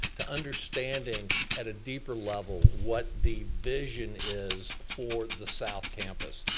to understanding at a deeper level what the vision is for the south campus.